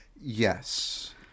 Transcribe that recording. Yes